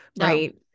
Right